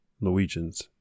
Norwegians